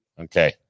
Okay